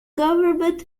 government